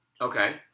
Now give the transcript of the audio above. Okay